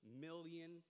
million